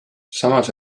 samas